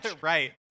Right